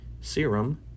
Serum